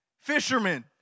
Fishermen